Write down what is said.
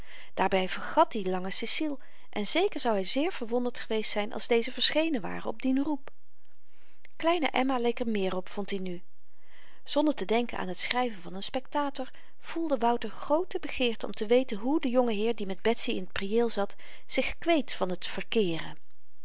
daarby vergat hy lange ceciel en zeker zou hy zeer verwonderd geweest zyn als deze verschenen ware op dien roep kleine emma leek er meer op vond i nu zonder te denken aan t schryven van n spectator voelde wouter groote begeerte om te weten hoe de jongeheer die met betsy in t prieel zat zich kweet van t verkeeren